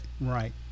right